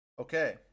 Okay